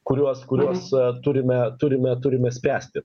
kuriuos kuriuos turime turime turime spręsti